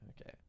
Okay